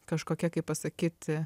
kažkokia kaip pasakyti